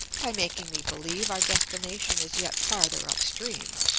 by making me believe our destination is yet farther upstream,